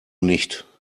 nicht